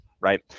Right